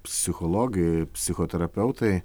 psichologai psichoterapeutai